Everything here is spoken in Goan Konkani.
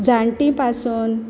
जाणटी पासून